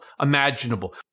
imaginable